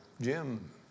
Jim